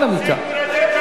אנא ממך.